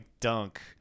dunk